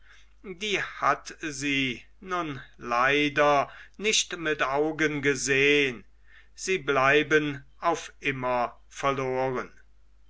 die hat sie nun leider nicht mit augen gesehn sie bleiben auf immer verloren